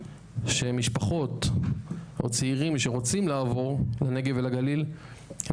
שמשפחות או צעירים שרוצים לעבור לנגב ולגליל הם